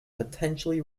potentially